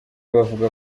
bavuga